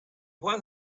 what